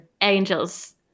angels